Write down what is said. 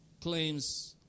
claims